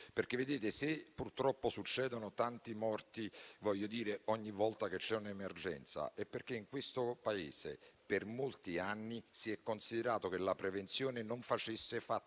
provvedimento. Se purtroppo ci sono tanti morti ogni volta che si verifica un'emergenza, è perché in questo Paese per molti anni si è considerato che la prevenzione non facesse fatturato